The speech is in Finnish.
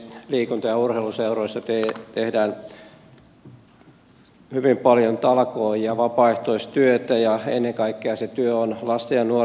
liikunta ja urheiluseuroissa tehdään hyvin paljon talkoo ja vapaaehtoistyötä ja ennen kaikkea se työ on lasten ja nuorten hyväksi